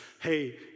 hey